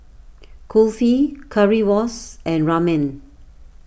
Kulfi Currywurst and Ramen